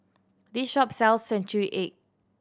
this shop sells century egg